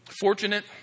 fortunate